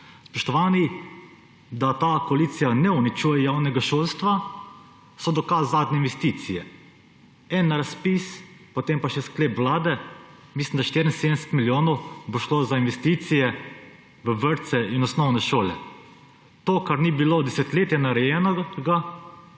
Spoštovani, da ta koalicija ne uničuje javnega šolstva, so dokaz zadnje investicije. En razpis, potem pa še sklep Vlade, mislim da, 74 milijonov bo šlo za investicije v vrtce in osnovne šole. To, kar ni bilo desetletja narejenega,